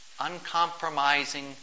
uncompromising